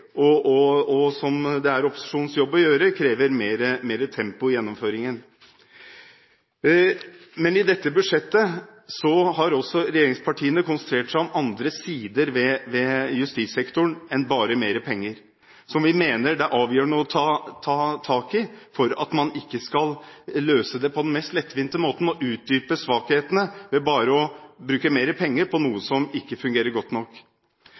av Venstre – som det er opposisjonens jobb å gjøre, og man krever mer tempo i gjennomføringen. Men i dette budsjettet har regjeringspartiene også konsentrert seg om andre sider ved justissektoren enn bare mer penger, som vi mener er avgjørende å ta tak i. Man løser ikke det på den mest lettvinte måten og utdyper svakhetene ved bare å bruke mer penger på noe som ikke fungerer godt nok.